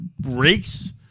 race